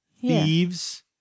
Thieves